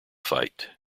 fight